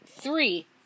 Three